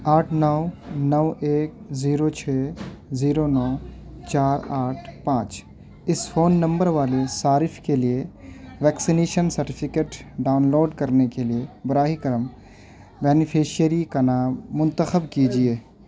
آٹھ نو نو ایک زیرو چھ زیرو نو چار آٹھ پانچ اس فون نمبر والے صارف کے لیے ویکسینیشن سرٹیفکیٹ ڈاؤن لوڈ کرنے کے لیے براہ کرم بینیفیشری کا نام منتخب کیجیے